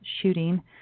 shooting